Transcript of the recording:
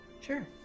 sure